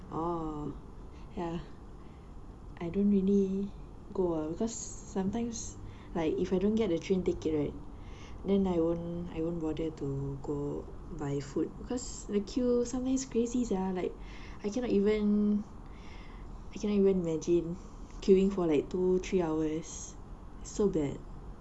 oh ya I don't really go ah because sometimes like if I don't get the train ticket right then I won't I won't bother to go by foot because the queue sometimes crazy sia like I cannot I even cannot even imagine queueing two three hours so bad